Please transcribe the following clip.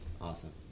Awesome